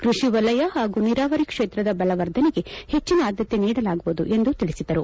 ಕೃಷಿ ವಲಯ ಹಾಗೂ ನೀರಾವರಿ ಕ್ಷೇತ್ರದ ಬಲವರ್ಧನೆಗೆ ಹೆಚ್ಚನ ಆಧ್ಯತೆ ನೀಡಲಾಗುವುದು ಎಂದು ತಿಳಿಸಿದರು